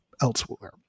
elsewhere